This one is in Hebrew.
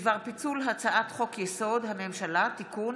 בדבר פיצול הצעת חוק-יסוד: הממשלה (תיקון,